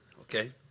okay